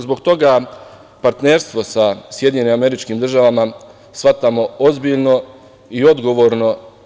Zbog toga partnerstvo sa SAD shvatamo ozbiljno i odgovorno.